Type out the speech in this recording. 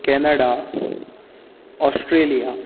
Canada Australia